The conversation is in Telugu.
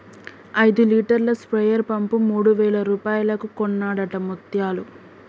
ఐదు లీటర్ల స్ప్రేయర్ పంపు మూడు వేల రూపాయలకు కొన్నడట ముత్యాలు